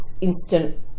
instant